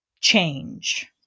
change